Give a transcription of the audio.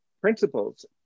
principles